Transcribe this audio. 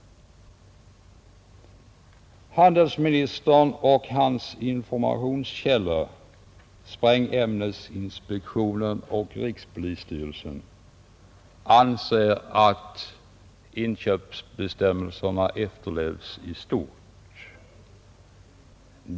Handelsministern och hans informationskällor — sprängämnesinspektionen och rikspolisstyrelsen — anser att inköpsbestämmelserna efterlevs i stort.